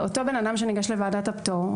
שאותו בן-אדם שניגש לוועדת הפטור,